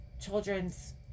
children's